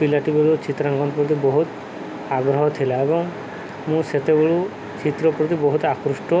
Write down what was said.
ପିଲାଟିିବେଳୁ ଚିତ୍ରାଙ୍କନ ପ୍ରତି ବହୁତ ଆଗ୍ରହ ଥିଲା ଏବଂ ମୁଁ ସେତେବେଳୁ ଚିତ୍ର ପ୍ରତି ବହୁତ ଆକୃଷ୍ଟ